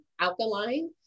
alkaline